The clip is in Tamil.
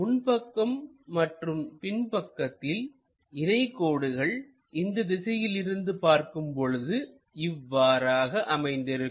முன்பக்கம் மற்றும் பின்பக்கத்தில் இணைகோடுகள் இந்த திசையில் இருந்து பார்க்கும் பொழுது இவ்வாறாக அமைந்திருக்கும்